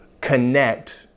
connect